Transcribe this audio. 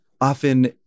often